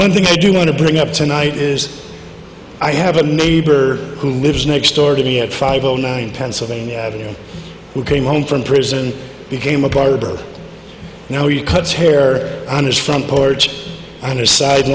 one thing to do want to bring up tonight is i have a neighbor who lives next door to me at five o nine pennsylvania who came home from prison became a barber now he cuts hair on his front porch under side